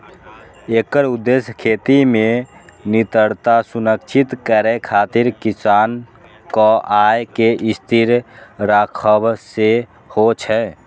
एकर उद्देश्य खेती मे निरंतरता सुनिश्चित करै खातिर किसानक आय कें स्थिर राखब सेहो छै